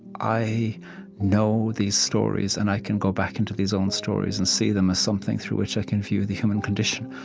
i know these stories, and i can go back into these stories and see them as something through which i can feel the human condition,